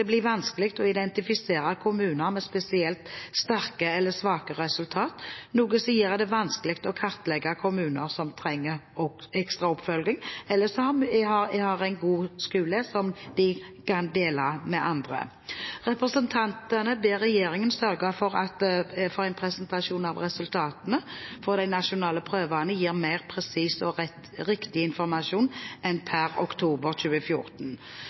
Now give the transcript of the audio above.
å identifisere kommuner med spesielt sterke eller svake resultater, noe som gjør det vanskelig å kartlegge kommuner som trenger ekstraoppfølging, eller som har en god skole som de kan dele med andre. Representantene ber regjeringen sørge for en presentasjon av resultatene, for de nasjonale prøvene gir mer presis og riktig informasjon enn per oktober 2014,